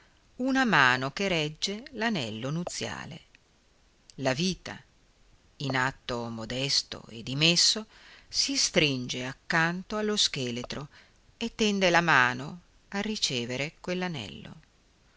una mano che regge l'anello nuziale la vita in atto modesto e dimesso si stringe accanto allo scheletro e tende la mano a ricevere